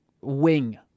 wing